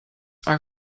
are